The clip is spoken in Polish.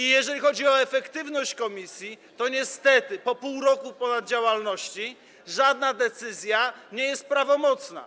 I jeżeli chodzi o efektywność komisji, to niestety po ponad pół roku działalności żadna decyzja nie jest prawomocna.